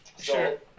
Sure